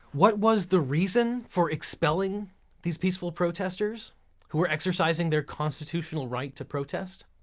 what was the reason for expelling these peaceful protesters who were exercising their constitutional right to protest?